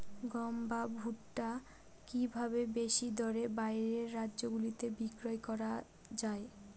গম বা ভুট্ট কি ভাবে বেশি দরে বাইরের রাজ্যগুলিতে বিক্রয় করা য়ায়?